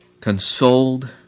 consoled